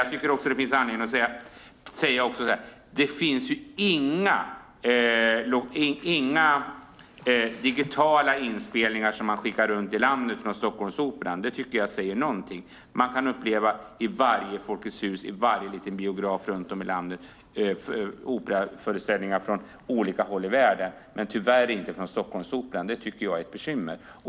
Jag tycker också att det finns anledning att säga så här: Det finns inga digitala inspelningar som man skickar runt i landet från Stockholmsoperan. Det tycker jag säger någonting. Man kan i varje Folkets hus och i varje liten biograf runt om i landet uppleva operaföreställningar från olika håll i världen, men tyvärr inte från Stockholmsoperan. Det tycker jag är ett bekymmer.